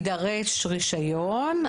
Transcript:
יידרש רישיון,